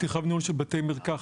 פתיחה וניהול של בתי מרקחת,